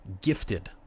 gifted